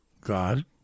God